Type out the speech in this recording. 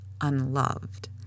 unloved